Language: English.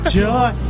joy